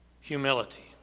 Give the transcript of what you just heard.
humility